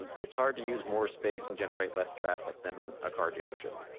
it's hard to use more space and generate less traffic than a car dealership.